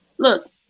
Look